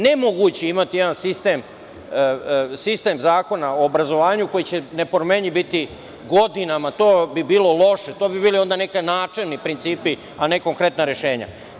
Nemoguće je imati jedan sistem, sistem zakona o obrazovanju koji će nepromenljiv biti godinama, to bi bilo loše, to bi bili onda neki načelni principi, a ne konkretna rešenja.